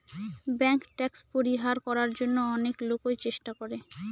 bank tax পরিহার করার জন্য অনেক লোকই চেষ্টা করে